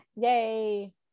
Yay